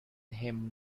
him